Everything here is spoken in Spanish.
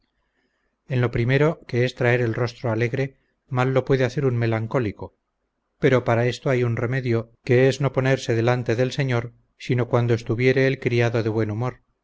en lo primero que es traer el rostro alegre mal lo puede hacer un melancólico pero para esto hay un remedio que es no ponerse delante del señor sino cuando estuviere el criado de buen humor